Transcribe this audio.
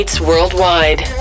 worldwide